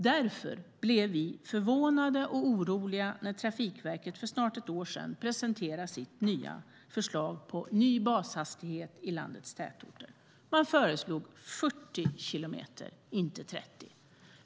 Därför blev vi förvånade och oroliga när Trafikverket för snart ett år sedan presenterade sitt förslag om ny bashastighet i landets tätorter och föreslog 40 kilometer, inte 30.